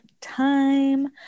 time